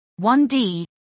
1D